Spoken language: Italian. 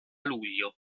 luglio